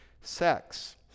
Sex